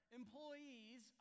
employees